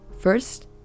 first